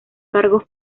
cargos